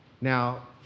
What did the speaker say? Now